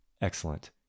Excellent